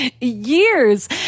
years